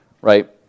right